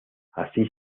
así